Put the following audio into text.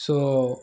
so